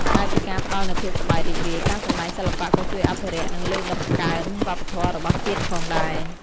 ក្រៅពីការផ្តល់នូវភាពសប្បាយរីករាយ ការសម្តែងសិល្បៈក៏ជួយអភិរក្ស និងលើកតម្កើងវប្បធម៌របស់ជាតិផងដែរ។